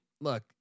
look